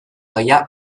gaia